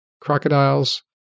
crocodiles